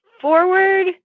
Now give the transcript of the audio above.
forward